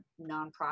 nonprofit